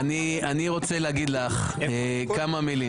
מירב,